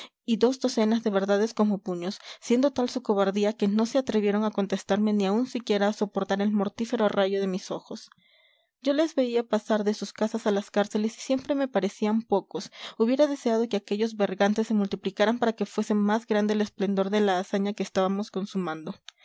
y dos docenas de verdades como puños siendo tal su cobardía que no se atrevieron a contestarme ni aun siquiera a soportar el mortífero rayo de mis ojos yo les veía pasar de sus casas a las cárceles y siempre me parecían pocos hubiera deseado que aquellos bergantes se multiplicaran para que fuese más grande el esplendor de la hazaña que estábamos consumando